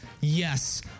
Yes